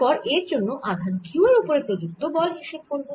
তারপর এর জন্য আধান q এর ওপরে প্রযুক্ত বল হিসেব করব